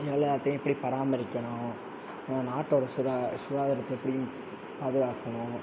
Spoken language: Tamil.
எல்லாத்தையும் எப்படி பராமரிக்கணும் நம்ப நாட்டோடய சுகா சுகாதாரத்தை எப்படி பாதுகாக்கணும்